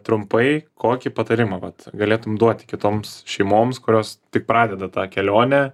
trumpai kokį patarimą vat galėtum duoti kitoms šeimoms kurios tik pradeda tą kelionę